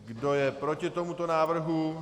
Kdo je proti tomuto návrhu?